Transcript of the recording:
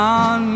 on